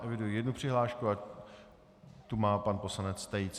Eviduji jednu přihlášku a tu má pan poslanec Tejc.